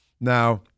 Now